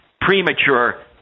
premature